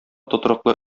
тотрыклы